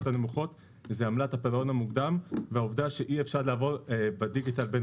הנמוכות זה עמלת הפירעון המוקדם והעובדה שאי אפשר לעבור בדיגיטל בין